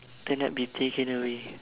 cannot be taken away